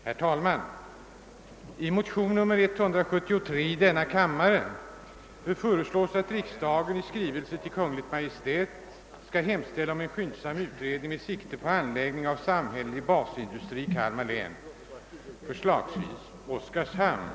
Herr talman! I motion nr 173 i denna kammare föreslås att riksdagen i skrivelse till Kungl. Maj:t skall hemställa om en skyndsam utredning med sikte på anläggande av en samhällelig basindustri i Kalmar län, förslagsvis i Oskarshamn.